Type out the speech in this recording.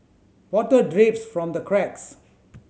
water drips from the cracks